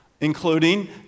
including